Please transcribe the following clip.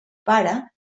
pare